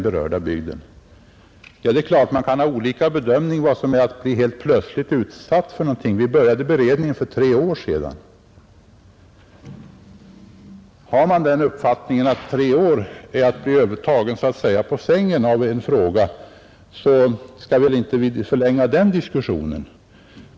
Beredningen påbörjades för tre år sedan, och har man den uppfattningen att en beredningstid på tre år innebär att man blir tagen på sängen, så skall vi väl inte förlänga den diskussionen.